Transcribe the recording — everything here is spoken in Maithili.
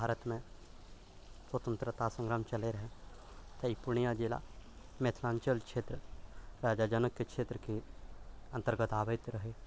भारतमे स्वतन्त्रता सङ्ग्राम चले रहै तऽ ई पूर्णिया जिला मिथिलाञ्चल क्षेत्र राजा जनकके क्षेत्रके अन्तर्गत आबैत रहै